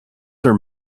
are